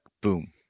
boom